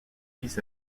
fils